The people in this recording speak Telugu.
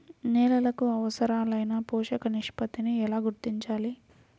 నేలలకు అవసరాలైన పోషక నిష్పత్తిని ఎలా గుర్తించాలి?